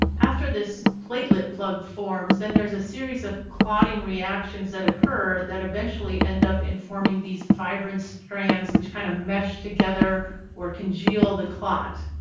after this platelet plug forms, then there's a series of clotting reactions that occur that eventually end up in forming these fibrin strands which kind of mesh together or congeal the clot.